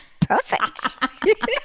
Perfect